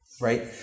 Right